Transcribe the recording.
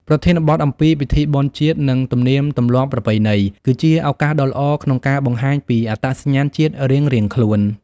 ប្រធានបទអំពីពិធីបុណ្យជាតិ និងទំនៀមទម្លាប់ប្រពៃណី គឺជាឱកាសដ៏ល្អក្នុងការបង្ហាញពីអត្តសញ្ញាណជាតិរៀងៗខ្លួន។